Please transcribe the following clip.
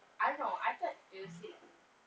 I don't know I thought they will still like ni